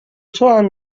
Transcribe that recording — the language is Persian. توام